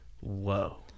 whoa